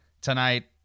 tonight